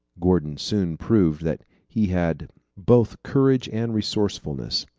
gordon soon proved that he had both courage and resourcefulness.